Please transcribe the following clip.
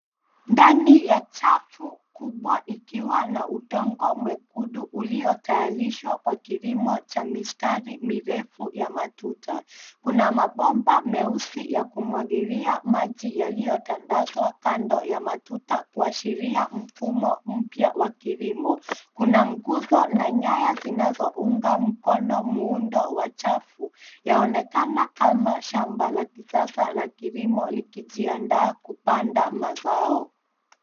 Ndani ya chafu kubwa ikiwa na udongo mwekundu uliotayarishwa kwa kilimo cha mistari mirefu ya matuta. Kuna mabomba meusi ya kumwagilia maji yaliyotandazwa kando ya matuta kuashiria mfumo mpya wa kilimo. Kuna nguzo na nyaya zinazounga mkono muundo wa chafu, yaonekana kama shamba la kisasa la kilimo likijiandaa kupanda mazao.